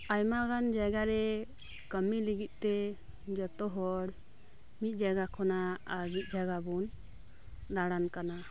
ᱟᱭᱢᱟ ᱜᱟᱱ ᱡᱟᱭᱜᱟ ᱨᱮ ᱠᱟᱹᱢᱤ ᱞᱟᱹᱜᱤᱫ ᱛᱮ ᱡᱷᱚᱛᱚ ᱦᱚᱲ ᱢᱤᱫ ᱡᱟᱭᱜᱟ ᱠᱷᱚᱱᱟᱜ ᱟᱨ ᱢᱤᱫ ᱡᱟᱭᱟᱜᱟ ᱵᱚᱱ ᱫᱟᱲᱟᱱ ᱠᱟᱱᱟ